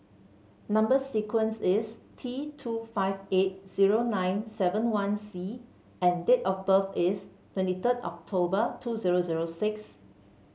number sequence is T two five eight zero nine seven one C and date of birth is twenty third October two zero zero six